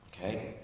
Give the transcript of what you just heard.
Okay